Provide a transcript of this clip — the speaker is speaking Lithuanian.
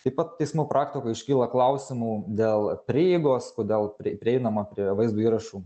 taip pat teismų praktikoj iškyla klausimų dėl prieigos kodėl pri prieinama prie vaizdo įrašų